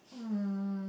um